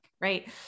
Right